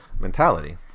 mentality